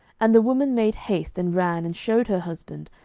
and the woman made haste, and ran, and shewed her husband,